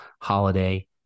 holiday